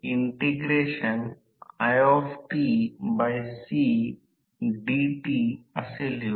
त्याचप्रमाणे रोटर च्या आत देखील असे काहीतरी दिसू शकते जे प्रत्यक्षात T T L T L आहे आपण केवळ मूलभूत गोष्ट पाहू